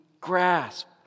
grasp